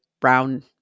brown